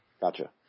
Gotcha